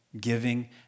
giving